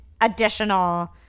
additional